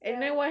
ya